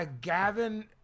Gavin